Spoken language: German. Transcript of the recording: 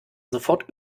sofort